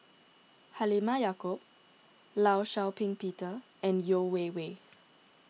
Halimah Yacob Law Shau Ping Peter and Yeo Wei Wei